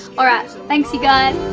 alright, thanks you guys.